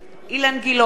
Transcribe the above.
אילן גילאון,